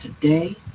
today